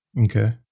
Okay